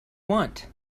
want